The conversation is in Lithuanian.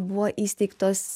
buvo įsteigtos